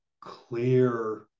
clear